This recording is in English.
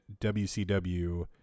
WCW